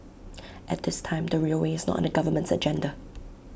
at this time the railway is not on the government's agenda